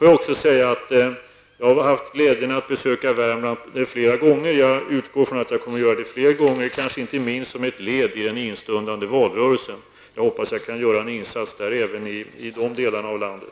Jag har haft glädjen att besöka Värmland flera gånger. Jag utgår ifrån att jag kommer att göra det fler gånger, kanske inte minst som ett led i den instundande valrörelsen. Jag hoppas att jag kan göra en insats även i dessa delar av landet.